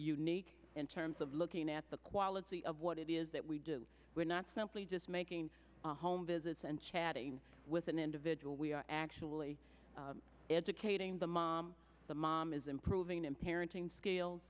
unique in terms of looking at the quality of what it is that we do we're not simply just making home visits and chatting with an individual we are actually educating the mom the mom is improving and parenting skills